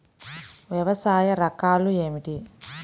వ్యవసాయ రకాలు ఏమిటి?